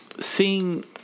seeing